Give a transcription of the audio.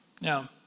Now